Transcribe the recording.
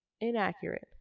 inaccurate